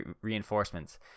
reinforcements